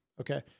Okay